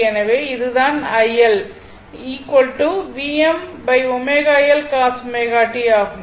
எனவே இது தான் iiL Vmω L cos ω t ஆகும்